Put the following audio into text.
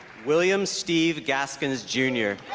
william steve gaskins jr